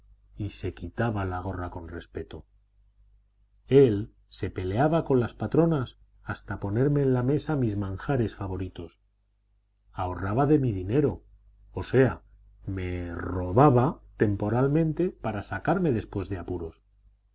y se quitaba la gorra con respeto él se peleaba con las patronas hasta ponerme en la mesa mis manjares favoritos ahorraba de mi dinero o sea me robaba temporalmente para sacarme después de apuros